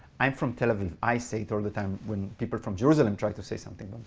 i'm from tel aviv. i say it all the time when people from jerusalem try to say something.